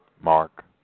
Mark